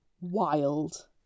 wild